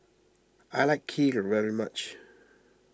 I like Kheer very much